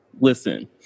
listen